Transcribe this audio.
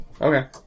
Okay